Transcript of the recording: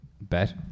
Bet